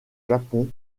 japon